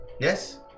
Yes